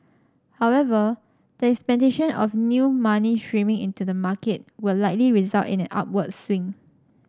however the expectation of new money streaming into the market will likely result in an upward swing